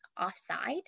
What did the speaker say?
offside